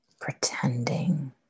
pretending